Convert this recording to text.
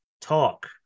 talk